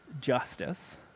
justice